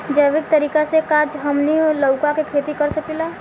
जैविक तरीका से का हमनी लउका के खेती कर सकीला?